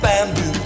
Bamboo